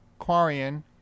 Quarian